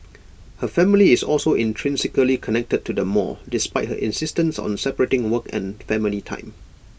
her family is also intrinsically connected to the mall despite her insistence on separating work and family time